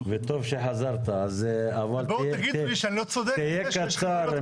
ואותן אתם רוצים לפתור פה בחוק,